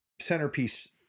centerpiece